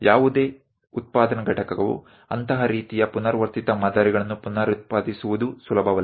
ಯಾವುದೇ ಉತ್ಪಾದನಾ ಘಟಕವು ಅಂತಹ ರೀತಿಯ ಪುನರಾವರ್ತಿತ ಮಾದರಿಗಳನ್ನು ಪುನರುತ್ಪಾದಿಸುವುದು ಸುಲಭವಲ್ಲ